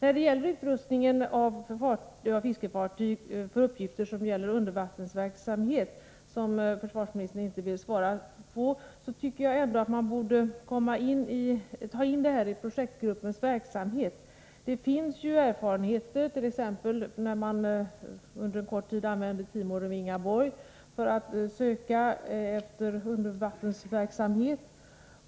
Frågan om utrustning av fiskefartyg för uppgifter som avser undervattensverksamhet vill försvarsministern inte kommentera, men jag tycker att det är en fråga som man borde ta in i projektgruppens verksamhet. Det finns ju erfarenheter att ta till vara — t.ex. använde man under kort tid Timor och Vingaborg för att söka efter undervattensverksamhet.